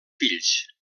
fills